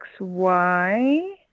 xy